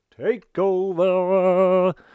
Takeover